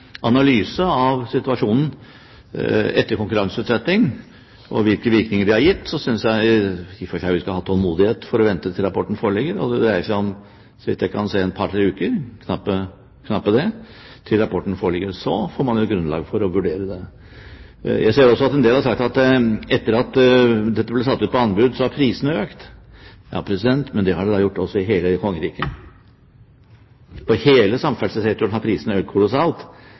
analyse av situasjonen etter konkurranseutsetting og hvilke virkninger det har gitt, synes jeg i og for seg vi skulle hatt tålmodighet til å vente til rapporten foreligger. Så vidt jeg kan se, dreier det seg om et par–tre uker, knapt det, til rapporten foreligger. Da får man et grunnlag for å vurdere det. Jeg hører også en del si at etter at dette ble satt ut på anbud, har prisene økt. Det har det da gjort i hele kongeriket. I hele samferdselssektoren har prisene økt kolossalt.